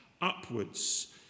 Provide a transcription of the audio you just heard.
upwards